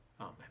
Amen